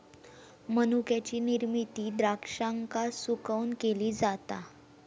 मनुक्याची निर्मिती द्राक्षांका सुकवून केली जाता